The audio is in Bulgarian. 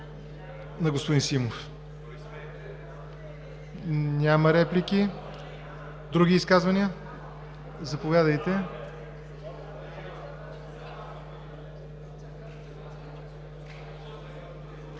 Няма. Други изказвания? Заповядайте.